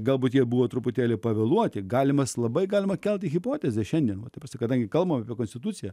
galbūt jie buvo truputėlį pavėluoti galimas labai galima kelti hipotezę šiandien ta prasme kadangi kalbu apie konstituciją